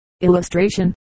Illustration